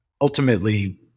ultimately